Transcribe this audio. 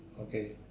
okay